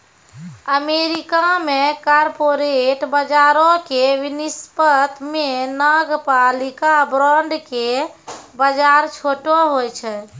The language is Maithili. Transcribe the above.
अमेरिका मे कॉर्पोरेट बजारो के वनिस्पत मे नगरपालिका बांड के बजार छोटो होय छै